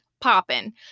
popping